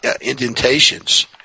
indentations